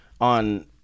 on